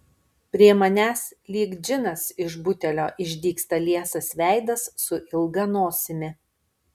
prie manęs lyg džinas iš butelio išdygsta liesas veidas su ilga nosimi